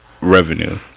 revenue